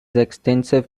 extensive